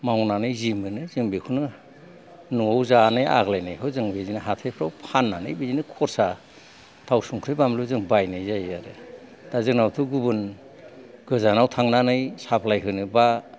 मावनानै जि मोनो जों बिखौनो न'आव जानाय आग्लायनायखौ जों हाथायाव फाननानै बिदिनो खरसा थाव संख्रि बानलु जों बायनाय जायो आरो दा जोंनावथ' गुबुन गोजानाव थांनानै साफ्लाय होनो बा